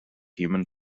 human